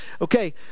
Okay